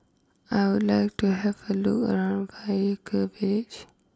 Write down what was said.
I would like to have a look around Vaiaku Village